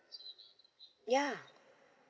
ya